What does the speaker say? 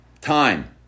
time